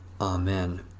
Amen